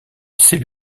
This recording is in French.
ses